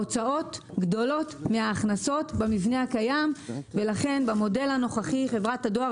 במבנה הקיים ההוצאות גדולות מההכנסות ולכן במודל הנוכחי חברת הדואר